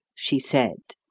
she said.